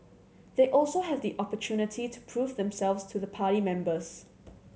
they also have the opportunity to prove themselves to the party members